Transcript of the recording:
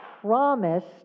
promised